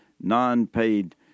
non-paid